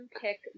pick